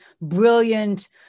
brilliant